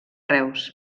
reus